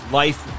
life